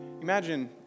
imagine